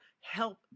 help